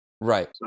Right